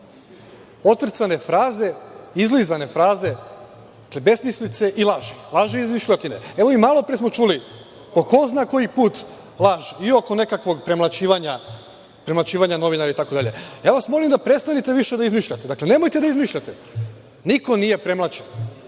otrcane fraze, izlizane fraze, dakle, besmislice i laži i izmišljotine. Evo, i malopre smo čuli, po ko zna koji put, laž i oko nekakvog premlaćivanja novinara itd. Molim vas da prestanete više da izmišljate. Dakle, nemojte da izmišljate. Niko nije premlaćen,